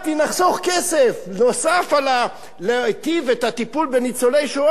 נחסוך כסף נוסף להטבת הטיפול בניצולי השואה,